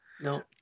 No